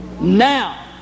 Now